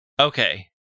Okay